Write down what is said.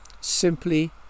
simply